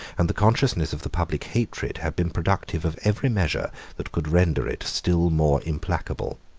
and the consciousness of the public hatred had been productive of every measure that could render it still more implacable.